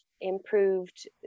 improved